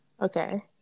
Okay